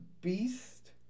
Beast